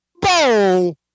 bow